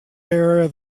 area